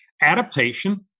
adaptation